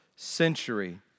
century